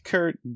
Kurt